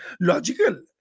logical